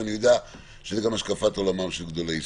ואני יודע שזאת גם השקפת עולם של גדולי ישראל: